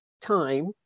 time